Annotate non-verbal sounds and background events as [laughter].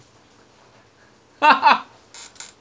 [laughs]